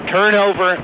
Turnover